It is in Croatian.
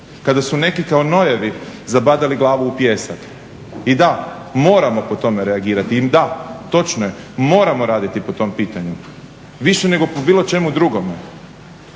su neki kao nojevi zabadali glavu u pijesak. I da, moramo po tome reagirati i da točno je moramo radi po tom pitanju više nego po bilo čemu drugome.